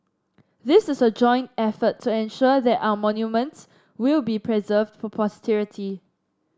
this is a joint effort to ensure that our monuments will be preserved for posterity